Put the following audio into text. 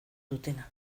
dutena